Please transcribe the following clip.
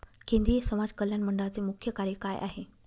केंद्रिय समाज कल्याण मंडळाचे मुख्य कार्य काय आहे?